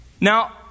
Now